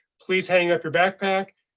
please hang up your backpack.